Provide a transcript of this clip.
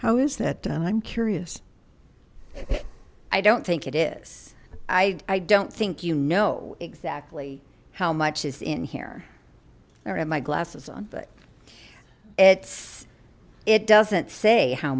how is that done i'm curious i don't think it is i i don't think you know exactly how much is in here or am i glasses on but it's it doesn't say how